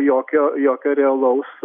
jokio jokio realaus